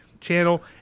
channel